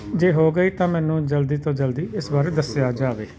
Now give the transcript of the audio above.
ਜੇ ਹੋ ਗਈ ਤਾਂ ਮੈਨੂੰ ਜਲਦੀ ਤੋਂ ਜਲਦੀ ਇਸ ਬਾਰੇ ਦੱਸਿਆ ਜਾਵੇ